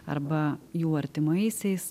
arba jų artimaisiais